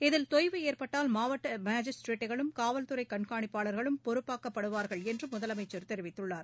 இதில் தொய்வு ஏற்பட்டால் மாவட்ட மாஜிஸ்திரேட்டுகளும் காவல்துறை கண்காணிப்பாளர்களும் பொறுப்பாக்கப்படுவார்கள் என்று முதலமைச்சர் தெரிவித்துள்ளார்